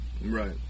Right